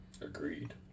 Agreed